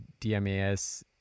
DMAS